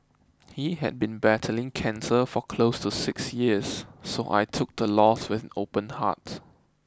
he had been battling cancer for close to six years so I took the loss with an open heart